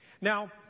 Now